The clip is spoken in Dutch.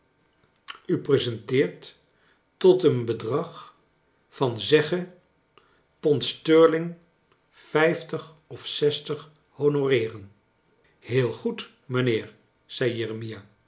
u presenteert tot een be drag van zeggen pond sterling vijftig of zestig honoreeren heel goed mijnheer zei